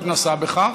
התנסה בכך,